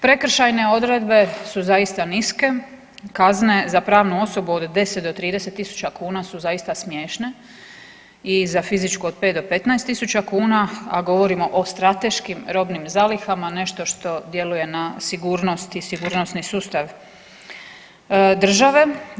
Prekršajne odredbe su zaista niske, kazne za pravnu osobu od 10 do 30.000 kuna su zaista smiješne i za fizičku od 5 do 15.000 kuna, a govorimo o strateškim robnim zalihama, nešto što djeluje na sigurnost i sigurnosni sustav države.